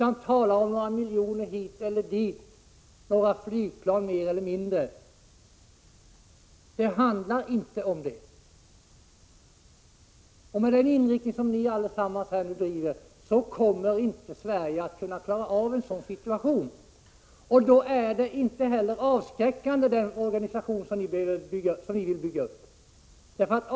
Ni talar om några miljoner hit eller dit, några flygplan mer eller mindre. Det handlar inte om detta. Med den inriktning som ni alla har kommer Sverige inte att kunna klara situationen. Då är inte heller den organisation som ni vill bygga upp avskräckande.